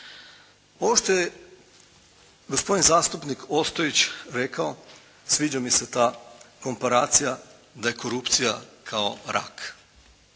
Postoje, gospodin zastupnik Ostojić rekao, sviđa mi se ta komparacija da je korupcija kao rak.